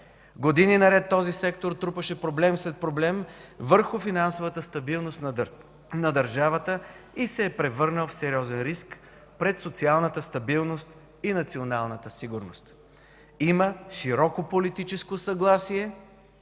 Години наред този сектор трупаше проблем след проблем върху финансовата стабилност на държавата и се е превърнал в сериозен риск пред социалната стабилност и националната сигурност. Има широко политическо съгласие